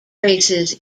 races